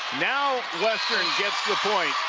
now western gets the point.